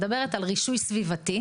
היא מדברת על רישוי סביבתי,